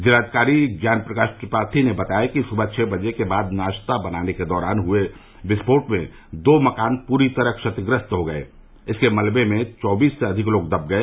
जिलाधिकारी ज्ञान प्रकाश त्रिपाठी ने बताया कि सुबह छः बजे के बाद नाश्ता बनाने के दौरान हुये विस्फोट में दो मकान पूरी तरह क्षतिग्रस्त हो गये और इसके मलवे में चौबीस से अधिक लोग दब गये